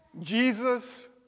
Jesus